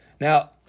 Now